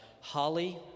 Holly